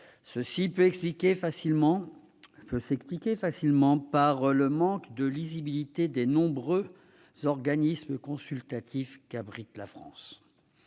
ce qui s'explique facilement par le manque de lisibilité des nombreux organismes consultatifs qu'abrite la France.